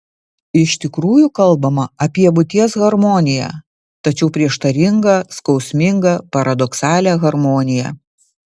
iš tikrųjų kalbama apie būties harmoniją tačiau prieštaringą skausmingą paradoksalią harmoniją